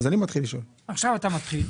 טוב שאתה נמצא בדיון